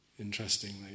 interestingly